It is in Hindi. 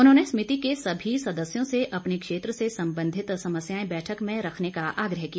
उन्होंने समिति के सभी सदस्यों से अपने क्षेत्र से संबंधित समस्याएं बैठक में रखने का आग्रह किया